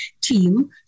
team